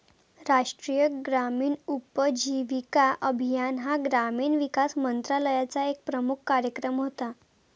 राष्ट्रीय ग्रामीण उपजीविका अभियान हा ग्रामीण विकास मंत्रालयाचा एक प्रमुख कार्यक्रम होता